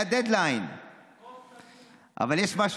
אילת "כאבי בטן" אמרה: תקום,